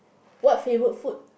what favourite food